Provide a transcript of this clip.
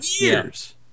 years